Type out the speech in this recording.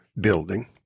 building